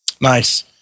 Nice